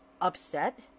upset